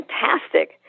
fantastic